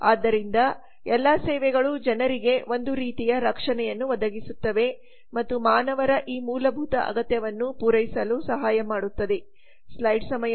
ಆದ್ದರಿಂದ ಎಲ್ಲಾ ಸೇವೆಗಳು ಜನರಿಗೆ ಒಂದು ರೀತಿಯ ರಕ್ಷಣೆಯನ್ನು ಒದಗಿಸುತ್ತವೆ ಮತ್ತು ಮಾನವರ ಈ ಮೂಲಭೂತ ಅಗತ್ಯವನ್ನು ಪೂರೈಸಲು ಸಹಾಯ ಮಾಡುತ್ತದೆ